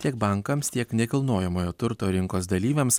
tiek bankams tiek nekilnojamojo turto rinkos dalyviams